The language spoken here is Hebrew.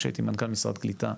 כשהייתי מנכ"ל משרד הקליטה,